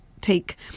take